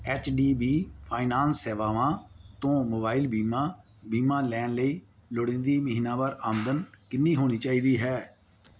H D B finance ਸੇਵਾਵਾਂ ਤੋਂ mobile ਬੀਮਾ ਬੀਮਾ ਲੈਣ ਲਈ ਲੋੜੀਂਦੀ ਮਹੀਨਾਵਾਰ ਆਮਦਨ ਕਿੰਨੀ ਹੋਣੀ ਚਾਹੀਦੀ ਹੈ